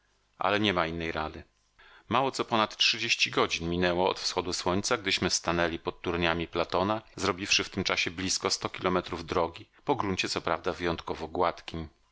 ale niema innej rady mało co ponad godzin minęło od wschodu słońca gdyśmy stanęli pod turniami platona zrobiwszy w tym czasie blizko sto kilometrów drogi po gruncie co prawda wyjątkowo gładkim